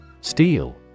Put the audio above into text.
Steel